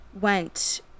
went